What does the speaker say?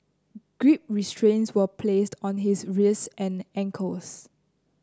grip restraints were placed on his wrists and ankles